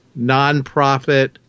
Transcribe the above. nonprofit